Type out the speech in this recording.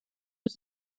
was